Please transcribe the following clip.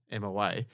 MOA